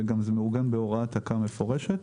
וזה גם מעוגן בהוראת תכ"ם מפורשת,